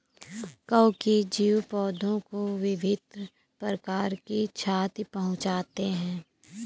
कवकीय जीव पौधों को विभिन्न प्रकार की क्षति पहुँचाते हैं